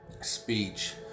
speech